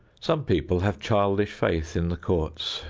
some people have childish faith in the courts.